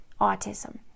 autism